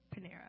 Panera